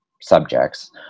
subjects